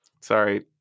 sorry